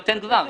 תן לי מוסדיים.